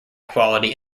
quality